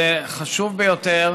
חשוב ביותר